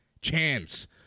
Chance